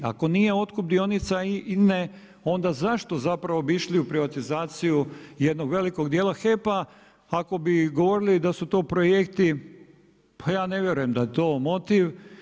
Ako nije otkup dionica INA-e onda zašto zapravo bi išli u privatizaciju jednog velikog dijela HEP-a ako bi govorili da su to projekti, pa ja ne vjerujem da je to motiv.